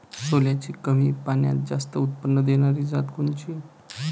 सोल्याची कमी पान्यात जास्त उत्पन्न देनारी जात कोनची?